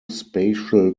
spatial